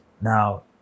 Now